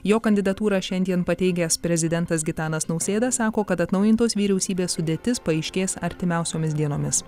jo kandidatūrą šiandien pateigęs prezidentas gitanas nausėda sako kad atnaujintos vyriausybės sudėtis paaiškės artimiausiomis dienomis